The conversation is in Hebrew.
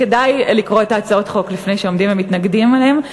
כדאי לקרוא את הצעות החוק לפני שעומדים ומתנגדים להן.